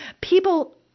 people